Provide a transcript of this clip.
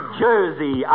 jersey